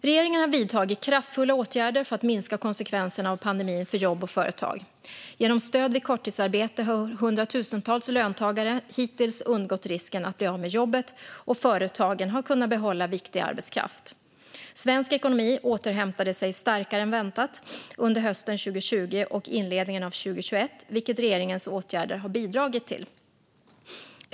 Regeringen har vidtagit kraftfulla åtgärder för att minska konsekvenserna av pandemin för jobb och företag. Genom stöd vid korttidsarbete har hundratusentals löntagare hittills undgått risken att bli av med jobbet, och företagen har kunnat behålla viktig arbetskraft. Svensk ekonomi återhämtade sig starkare än väntat under hösten 2020 och inledningen av 2021, vilket regeringens åtgärder har bidragit till.